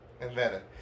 invented